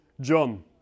John